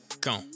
Go